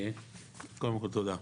קודם כל תודה.